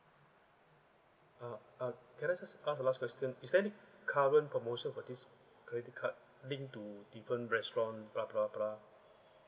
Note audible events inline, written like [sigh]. uh uh can I just ask the last question is there any current promotion for this credit card link to different restaurant [noise]